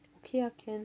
okay ah can